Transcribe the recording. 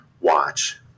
watch